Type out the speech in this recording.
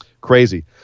Crazy